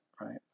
right